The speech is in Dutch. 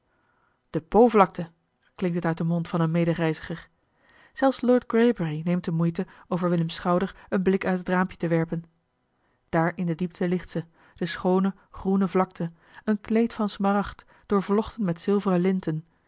de povlakte klinkt het uit den mond van een medereiziger zelfs lord greybury neemt de moeite over willems schouder een blik uit het raampje te werpen daar in de diepte ligt ze de schoone groene vlakte een kleed van smaragd doorvlochten met zilveren linten